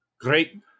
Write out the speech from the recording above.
Great